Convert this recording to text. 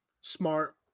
Smart